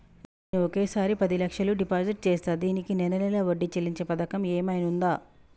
నేను ఒకేసారి పది లక్షలు డిపాజిట్ చేస్తా దీనికి నెల నెల వడ్డీ చెల్లించే పథకం ఏమైనుందా?